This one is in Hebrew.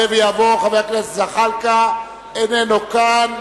איננו כאן.